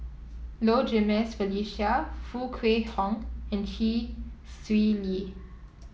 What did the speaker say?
Low Jimenez Felicia Foo Kwee Horng and Chee Swee Lee